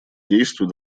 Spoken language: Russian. действий